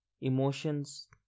emotions